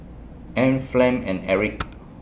Ann Flem and Erik